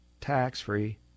tax-free